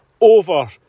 over